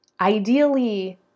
ideally